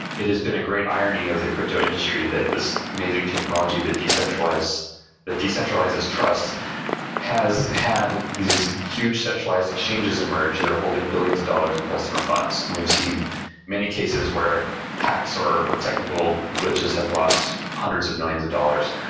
it has been a great irony of the crypto industry that this amazing technology that decentralizes trust has had these huge centralized exchanges emerge that are holding billions of dollars in customer funds, and we've seen many cases where hacks or or technical glitches have lost hundreds of millions of dollars.